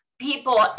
people